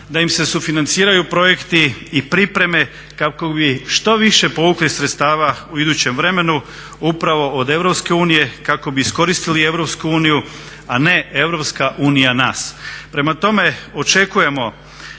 da im se sufinanciraju projekti i pripreme kako bi što više povukli sredstava u idućem vremenu, upravo od Europske unije, kako bi iskoristili Europsku uniju, a ne Europska unija nas. Prema tome, očekujemo